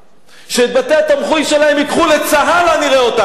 שאת בתי-התמחוי שלהם ייקחו לצהלה, נראה אותם.